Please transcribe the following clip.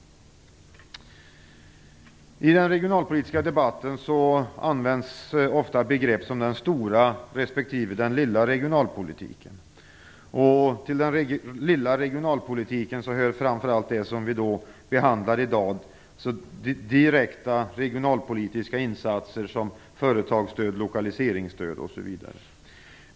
I den regionalpolitiska debatten används ofta begrepp som den stora respektive den lilla regionalpolitiken. Till den lilla regionalpolitiken hör framför allt det som vi behandlar i dag, alltså direkta regionalpolitiska insatser som företagsstöd, lokaliseringsstöd osv.